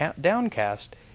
downcast